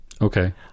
Okay